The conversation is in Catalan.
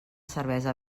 cervesa